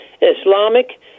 Islamic